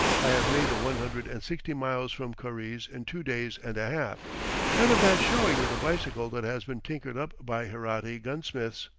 i have made the one hundred and sixty miles from karize in two days and a half not a bad showing with a bicycle that has been tinkered up by herati gunsmiths.